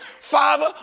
Father